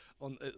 On